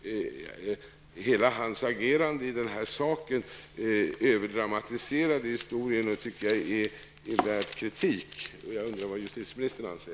Hela hans agerande i denna sak överdramatiserade händelsen och är värd kritik. Jag undrar vad justitieministern anser?